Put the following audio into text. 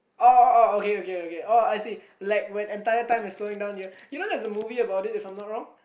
oh oh oh okay okay okay oh I see like when the entire time is slowing down you know there's a movie about it if I'm not wrong